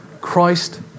Christ